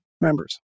members